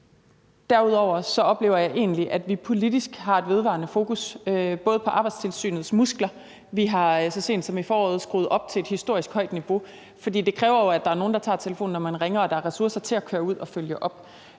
Derudover oplever jeg egentlig, at vi i hvert fald politisk har et vedvarende fokus på Arbejdstilsynets muskler, og vi har så sent som i foråret skruet det op til et historisk højt niveau. For det kræver jo, at der er nogen, der tager telefonen, når man ringer, og at der er ressourcer til at køre ud og følge op.